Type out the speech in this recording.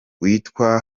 witwa